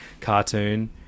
cartoon